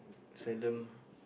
seldom